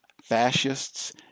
fascists